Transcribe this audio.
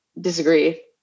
disagree